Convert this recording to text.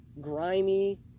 grimy